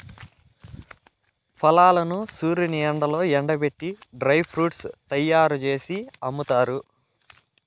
ఫలాలను సూర్యుని ఎండలో ఎండబెట్టి డ్రై ఫ్రూట్స్ తయ్యారు జేసి అమ్ముతారు